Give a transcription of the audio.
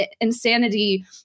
insanity